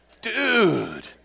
Dude